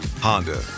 Honda